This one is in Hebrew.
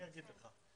אני אגיד לך.